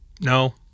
No